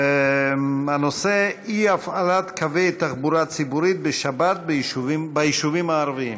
הנושא: אי-הפעלת קווי תחבורה ציבורית בשבת ביישובים הערביים.